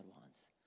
wants